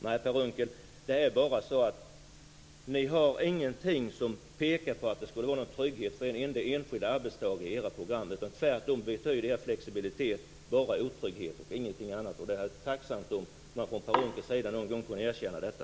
Nej, Per Unckel, det finns inte någonting i era program som pekar på att det skulle vara någon trygghet för en enskild arbetstagare. Tvärtom betyder er flexibilitet bara otrygghet och ingenting annat. Jag vore tacksam om Per Unckel någon gång kunde erkänna detta.